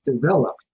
develop